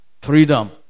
freedom